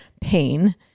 pain